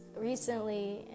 recently